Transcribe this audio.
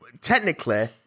technically